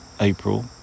april